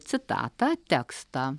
citatą tekstą